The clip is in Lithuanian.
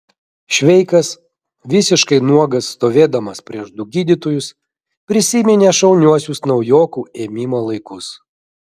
šveikas visiškai nuogas stovėdamas prieš du gydytojus prisiminė šauniuosius naujokų ėmimo laikus